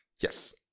Yes